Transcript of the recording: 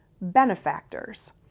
benefactors